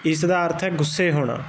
ਇਸ ਦਾ ਅਰਥ ਹੈ ਗੁੱਸੇ ਹੋਣਾ